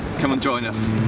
come and join us!